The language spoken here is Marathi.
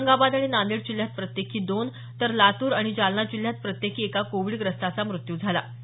औरंगाबाद आणि नांदेड जिल्ह्यात प्रत्येकी दोन तर लातूर आणि जालना जिल्ह्यात प्रत्येकी एका कोविडग्रस्ताचा मृत्यू झाला